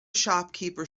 shopkeeper